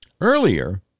earlier